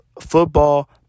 football